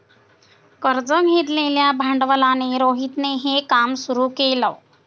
कर्ज घेतलेल्या भांडवलाने रोहितने हे काम सुरू केल